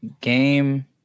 game